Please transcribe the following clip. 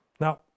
Now